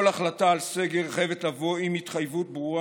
כל החלטה על סגר חייבת לבוא עם התחייבות ברורה